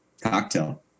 cocktail